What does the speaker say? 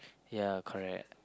ya correct